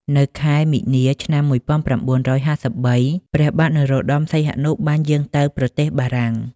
នៅខែមីនា ឆ្នាំ១៩៥៣ ព្រះបាទនរោត្តម សីហនុបានយាងទៅប្រទេសបារាំង។